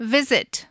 Visit